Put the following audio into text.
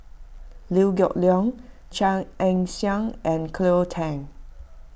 Liew Geok Leong Chia Ann Siang and Cleo Thang